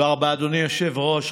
תודה רבה, אדוני היושב-ראש.